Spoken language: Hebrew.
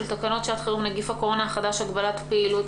תקנות שעת חירום (נגיף הקורונה החדש הגבלת פעילות),